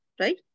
right